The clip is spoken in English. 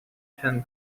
ten